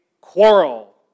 quarrel